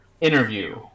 interview